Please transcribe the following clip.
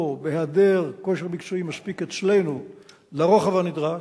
או, בהיעדר כושר מקצועי מספיק אצלנו לרוחב הנדרש,